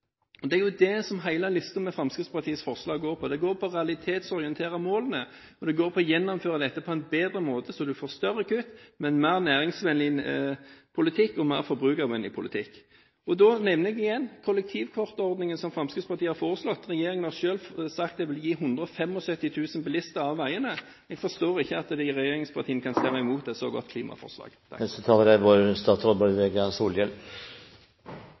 Det er jo det hele listen med Fremskrittspartiets forslag går ut på. Det går på å realitetsorientere målene, og det går på å gjennomføre dette på en bedre måte så man får større kutt, med en mer næringsvennlig og mer forbrukervennlig politikk. Da nevner jeg igjen kollektivkortordningen som Fremskrittspartiet har foreslått. Regjeringen har selv sagt at det vil få 175 000 bilister av veiene. Jeg forstår ikke at regjeringspartiene kan stemme imot et så godt klimaforslag.